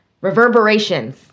Reverberations